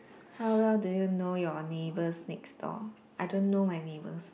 how well do you know your neighbours next door I don't know my neighbours